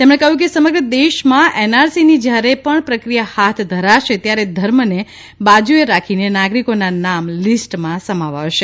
તેમણે કહ્યું કે સમગ્ર દેશમાં એનઆરસીની જયારે પણ પ્રક્રિયા ધરાશે ત્યારે ધર્મને બાજુએ રાખીને નાગરિકોના નામ લીસ્ટમાં સમાવાશે